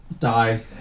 die